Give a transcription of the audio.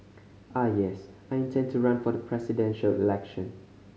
ah yes I intend to run for the Presidential Election